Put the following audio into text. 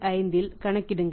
7885 இல் கணக்கிடுகிறீர்கள்